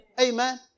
Amen